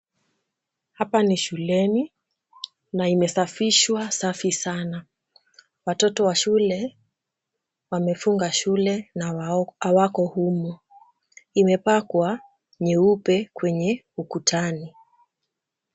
Hapa ni shuleni na imesafishwa safi sana. Watoto wa shule wamefunga shule na hawako humo. Imepakwa nyeupe kwenye ukutani.